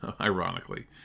ironically